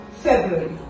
February